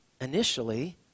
initially